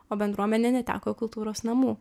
o bendruomenė neteko kultūros namų